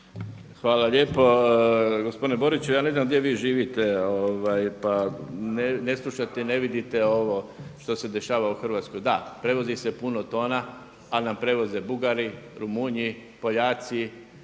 Hvala lijepo. Gospodine Boriću ja ne znam gdje vi živite, pa ne slušate i ne vidite ovo što se dešava u Hrvatskoj. Da, prevozi se puno tona, ali nam prevoze Bugari, Rumunji, Poljaci,